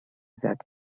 that